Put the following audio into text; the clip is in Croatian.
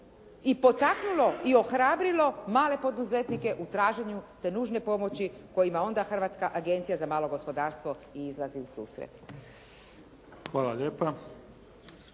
i potaknulo, i ohrabrilo male poduzetnike u traženju te nužne pomoći kojima onda Hrvatska agencija za malo gospodarstvo i izlazi u susret. **Mimica,